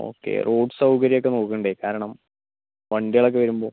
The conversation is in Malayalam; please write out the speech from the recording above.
ഓക്കെ റോഡ് സൗകര്യമൊക്കെ നോക്കണ്ടേ കാരണം വണ്ടികളൊക്കെ വരുമ്പോൾ